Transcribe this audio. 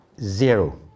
Zero